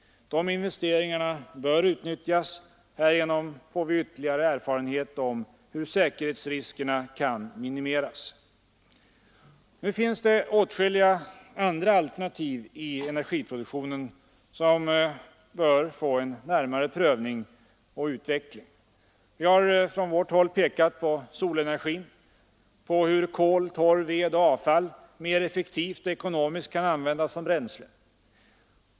De investeringarna bör utnyttjas. Nu finns det åtskilliga andra alternativ i energiproduktionen som bör få en närmare prövning och utveckling. Vi har från vårt håll pekat på solenergin, på hur kol, torv, ved och avfall mer effektivt och ekonomiskt kan användas som bränsle.